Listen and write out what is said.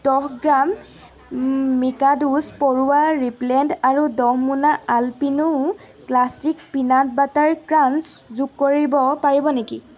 দহ গ্ৰাম মিকাদোছ পৰুৱা ৰিপলেণ্ট আৰু দহ মোনা Alpino classic peanut butter crunch যোগ কৰিব পাৰিব নেকি